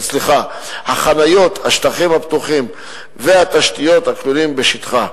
החניות, השטחים הפתוחים והתשתיות הכלולים בשטחה.